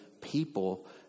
people